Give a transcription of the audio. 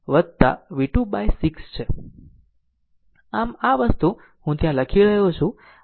આમ આ વસ્તુ હું ત્યાં લખી રહ્યો છું